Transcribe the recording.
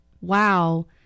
Wow